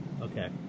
Okay